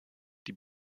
die